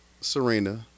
Serena